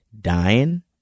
dying